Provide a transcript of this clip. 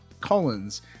Collins